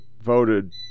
voted